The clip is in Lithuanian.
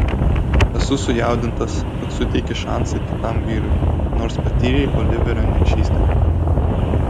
esu sujaudintas kad suteiki šansą kitam vyrui nors patyrei oliverio niekšystę